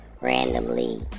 randomly